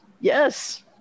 yes